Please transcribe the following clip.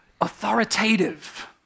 authoritative